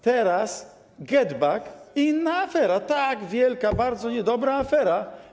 Teraz GetBack - inna afera, tak, wielka, bardzo niedobra afera.